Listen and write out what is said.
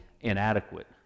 inadequate